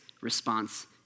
response